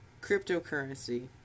cryptocurrency